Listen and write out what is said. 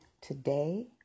Today